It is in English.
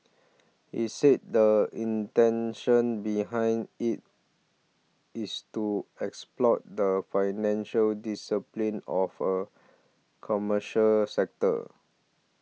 he said the intention behind it is to exploit the financial discipline of a commercial sector